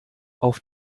auf